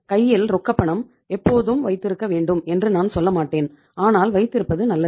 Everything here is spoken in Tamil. கையில் ரொக்கப்பணம் எப்போதும் வைத்திருக்க வேண்டும் என்று நான் சொல்ல மாட்டேன் ஆனால் வைத்திருப்பது நல்லது